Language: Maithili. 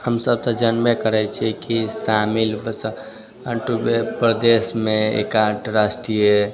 हमसब तऽ जनबे करै छी कि शामिल प्रदेशमे एक अन्तर्राष्ट्रीए